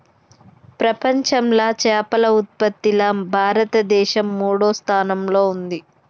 ప్రపంచంలా చేపల ఉత్పత్తిలా భారతదేశం మూడో స్థానంలా ఉంది